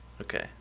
Okay